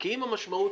כי אם המשמעות